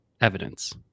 evidence